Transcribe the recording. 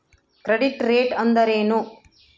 Credit rate ಅಂದರೆ ಏನು?